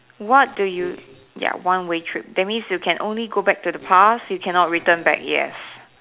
what do you ya one way trip that means you can only go back into the past you cannot return back yes